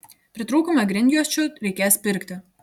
pritrūkome grindjuosčių reikės pirkti